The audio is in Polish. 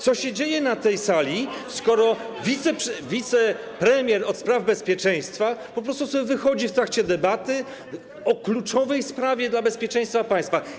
Co się dzieje na tej sali, skoro wicepremier do spraw bezpieczeństwa po prostu sobie wychodzi w trakcie debaty o kluczowej sprawie dla bezpieczeństwa państwa?